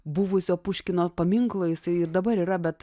buvusio puškino paminklo jisai ir dabar yra bet